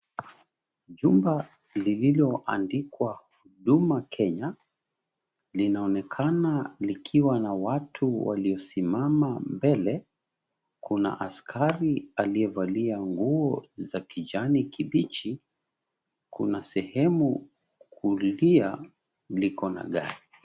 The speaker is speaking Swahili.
Jumba lililondikwa, Huduma Kenya, linaonekana likiwa na watu waliosimama mbele. Kuna askari aliyevalia nguo za kijani kibichi. Kuna sehemu kulia, liko na gari.